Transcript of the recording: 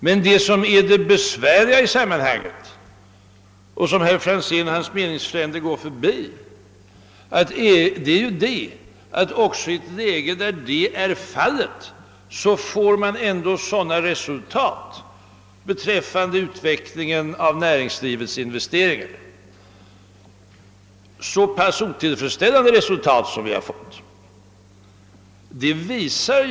Men det i sammanhanget besvärliga är — och det går herr Franzén och hans meningsfränder förbi — att man även i ett läge, där alltså kreditmarknaden fungerar ganska tillfredsställande, ändå får så pass otillfredsställande resultat när det gäller utvecklingen av näringslivets investeringar.